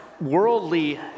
worldly